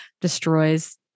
destroys